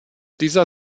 dieser